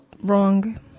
wrong